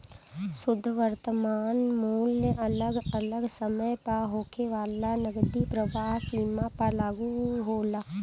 शुद्ध वर्तमान मूल्य अगल अलग समय पअ होखे वाला नगदी प्रवाह सीमा पअ लागू होला